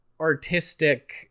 artistic